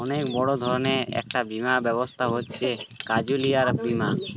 অনেক বড় ধরনের একটা বীমা ব্যবস্থা হচ্ছে ক্যাজুয়ালটি বীমা